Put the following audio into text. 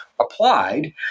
applied